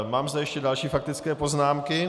Mám zde ještě další faktické poznámky.